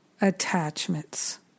attachments